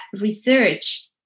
research